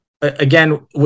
again